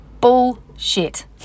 bullshit